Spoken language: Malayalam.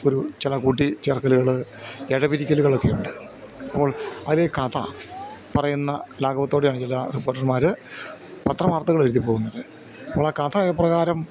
ഒരു ചില കൂട്ടിച്ചേര്ക്കലുകള് ഇഴപിരിക്കലുകളൊക്കെയുണ്ട് അപ്പോൾ അതിലീ കഥ പറയുന്ന ലാഘവത്തോടെയാണ് ചില റിപ്പോർട്ടർമാര് പത്രവാർത്തകൾ എഴുതിപ്പോകുന്നത് അപ്പോളാ കഥ എപ്രകാരം